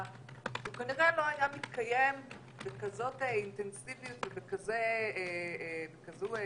שהוא כנראה לא היה מתקיים בכזאת אינטנסיביות ובכזה להט,